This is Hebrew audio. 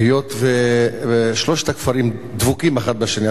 היות ששלושת הכפרים דבוקים אחד בשני,